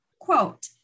quote